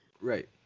right